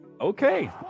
Okay